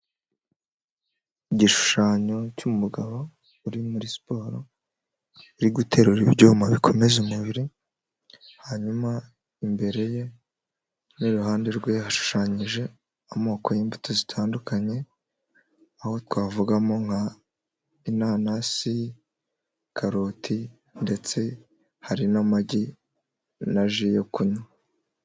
Igishushanyo cy'umugabo uri muri siporo, uri guterura ibyuma bikomeza umubiri, hanyuma imbere ye n'iruhande rwe hashushanyije amoko y'imbuto zitandukanye, aho twavugamo nka inanasi, karoti ndetse hari n'amagi na ji yo kunywa.